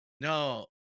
No